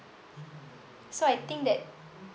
so I think that